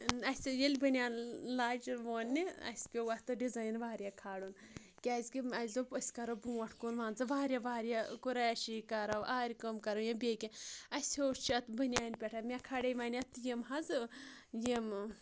اَسہِ ییٚلہِ بٔنیان لاجہِ وونٛنہِ اَسہِ پیوٚو اَتھ ڈِزایِن واریاہ کھالُن کیازکہِ اَسہِ دوٚپ أسۍ کَرو برونٛٹھ کُن مان ژٕ واریاہ واریاہ قُریشی کرو آرِ کٲم کَرو یا بیٚیہِ کینٛہہ اَسہِ ہیوٚچھ اَتھ بٔنیانہِ پؠٹھ مےٚ کھالے وۄنۍ اتھ یِم حظ یِم